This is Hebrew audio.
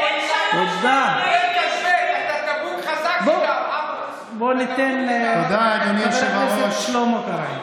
אתה דבוק חזק, בואו ניתן לחבר הכנסת שלמה קרעי.